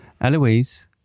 Eloise